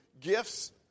gifts